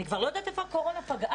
אני כבר לא יודעת איפה הקורונה פגעה,